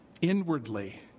inwardly